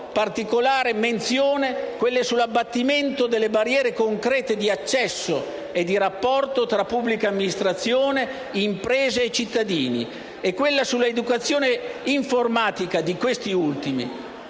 particolare menzione quelle sull'abbattimento delle barriere concrete di accesso e di rapporto tra pubblica amministrazione, imprese e cittadini e quelle sull'educazione informatica di questi ultimi,